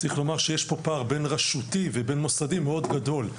צריך לומר שיש פה פער בין רשותי ובין מוסדי מאוד גדול.